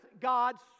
God's